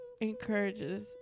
encourages